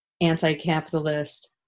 anti-capitalist